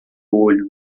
olho